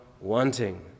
wanting